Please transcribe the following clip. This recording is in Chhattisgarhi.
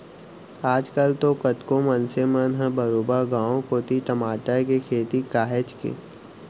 आज कल तो कतको मनसे मन ह बरोबर गांव कोती टमाटर के खेती काहेच के